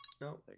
No